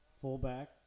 fullback